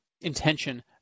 intention